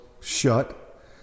shut